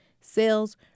sales